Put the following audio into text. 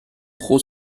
pro